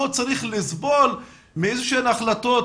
למה הוא צריך לסבול מאיזשהן החלטות